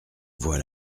voit